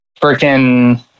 freaking